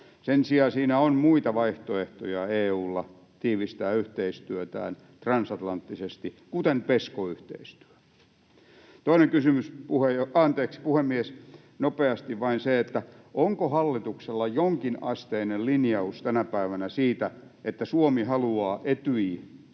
Sen sijaan siinä on muita vaihtoehtoja EU:lla tiivistää yhteistyötään transatlanttisesti, kuten PESCO-yhteistyö. Toinen kysymys, puhemies: Nopeasti vain se, onko hallituksella jonkinasteinen linjaus tänä päivänä siitä, että Suomi haluaa